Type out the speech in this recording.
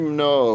no